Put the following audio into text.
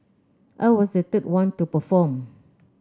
I was the third one to perform